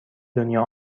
دنیا